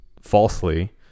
falsely